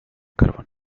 carbón